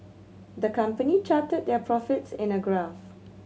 the company charted their profits in a graph